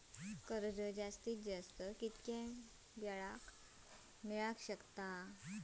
कर्ज जास्तीत जास्त कितक्या मेळाक शकता?